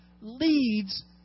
leads